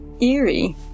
eerie